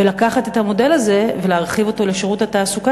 ולקחת את המודל הזה ולהרחיב אותו לשירות התעסוקה